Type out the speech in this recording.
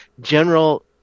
general